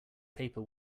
paper